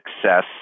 success